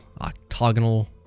octagonal